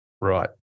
Right